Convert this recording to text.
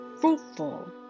fruitful